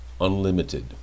Unlimited